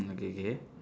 okay K